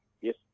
yes